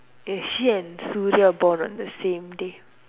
if she and Sulia are born on the same day